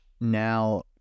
now